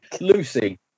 Lucy